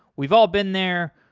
we've all been there.